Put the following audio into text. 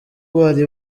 bari